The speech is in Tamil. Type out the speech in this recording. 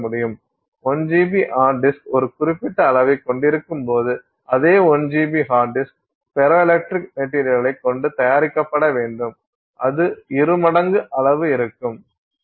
1 GB ஹார்ட் டிஸ்க் ஒரு குறிப்பிட்ட அளவைக் கொண்டிருக்கும்போது அதே 1 GB hard disk ferroelectric மெட்டீரியல்ளைக் கொண்டு தயாரிக்கப்பட வேண்டும் அது இரு மடங்கு அளவு இருக்கும்